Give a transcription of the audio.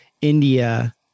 India